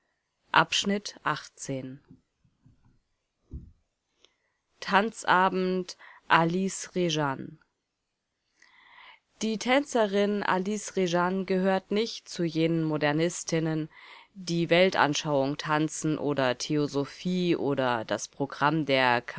volks-zeitung april tanzabend alice rjane die tänzerin alice rjane gehört nicht zu jenen modernistinnen die weltanschauung tanzen oder theosophie oder das programm der